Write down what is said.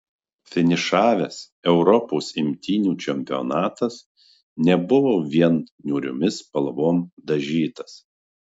finišavęs europos imtynių čempionatas nebuvo vien niūriomis spalvom dažytas